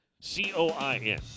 C-O-I-N